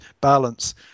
balance